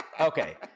Okay